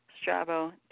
Strabo